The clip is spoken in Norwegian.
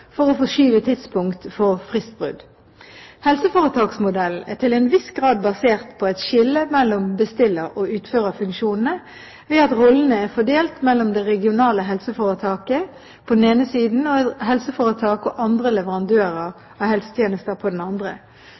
for å forskyve tidspunkt for fristbrudd. Helseforetaksmodellen er til en viss grad basert på et skille mellom bestiller- og utførerfunksjonene ved at rollene er fordelt mellom det regionale helseforetaket på den ene siden og helseforetak og andre leverandører av helsetjenester på den andre.